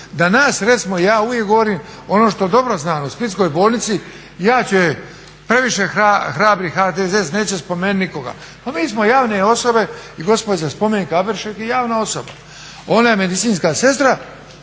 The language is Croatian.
Da nas recimo, ja uvijek govorim ono što dobro znam, u splitskoj bolnici ja ću, previše hrabri HDZ, neću spomenuti nikoga, pa mi smo javne osobe i gospođa Spomenka Aberšek je javna osoba, ona je medicinska sestra,